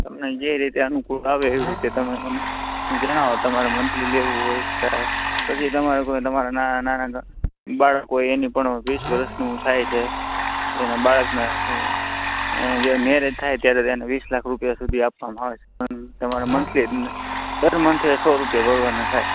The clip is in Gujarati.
તમને જે રીતે અનુકૂળ આવે એવી રીતે તમે મને જણાવો તમારે મંથલી લેવું હોય પછી તમારે કોઈ તમારે ના નાના બાળક હોય એની પણ વીસ વર્ષનું થાય છે એના બાળકના જે મેરેજ થાય ત્યારે એને વીસ લાખ રૂપિયા સુધી આપવામાં આવે છે તમાર મંથલી દર મંથે સો રૂપિયા ભરવાના થાય